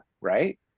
right